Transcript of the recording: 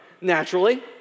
naturally